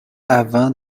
avant